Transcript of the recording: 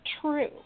true